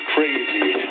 Crazy